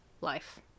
life